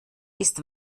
ist